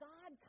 God